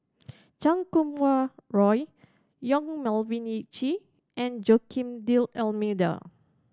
CKum Wah Roy Yong Melvin Yik Chye and Joaquim D'Almeida